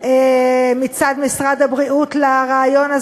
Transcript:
מצד משרד הבריאות לרעיון הזה.